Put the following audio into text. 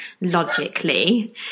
logically